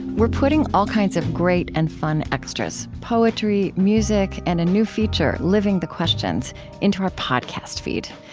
we're putting all kinds of great and fun extras poetry, music, and a new feature living the questions into our podcast feed.